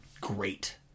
great